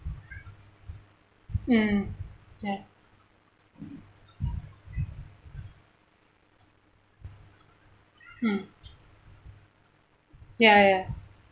mm ya mm ya ya